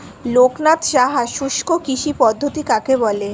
লোকনাথ সাহা শুষ্ককৃষি পদ্ধতি কাকে বলে?